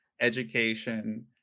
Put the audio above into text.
education